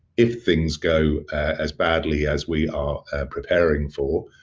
if things go as badly as we are preparing for,